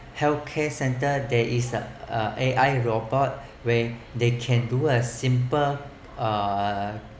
health care centre there is a A_I robot way they can do a simple uh